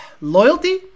loyalty